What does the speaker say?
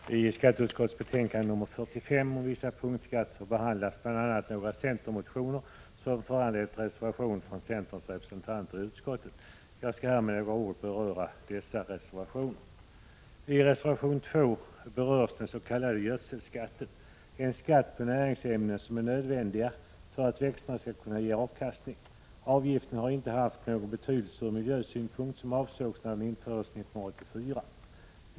Herr talman! I skatteutskottets betänkande nr 45 om vissa punktskatter behandlas bl.a. några centermotioner som föranlett reservationer från centerns representanter i utskottet. Jag skall med några ord beröra dessa reservationer. I reservation 2 berörs den s.k. gödselskatten, en skatt på näringsämnen som är nödvändiga för att växterna skall kunna ge någon avkastning. Avgiften har inte haft någon betydelse från miljösynpunkt, vilket var avsikten då den infördes 1984.